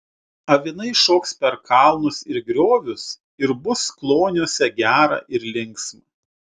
avinai šoks per kalnus ir griovius ir bus kloniuose gera ir linksma